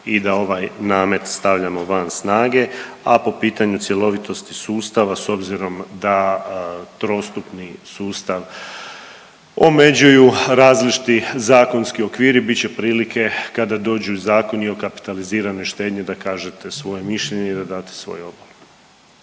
i da ovaj namet stavljamo van snage, a po pitanju cjelovitosti sustava s obzirom da trostupni sustav omeđuju različiti zakonski okviri bit će prilike kada dođu zakoni o kapitaliziranoj štednji da kažete svoje mišljenje i da date svoj obol.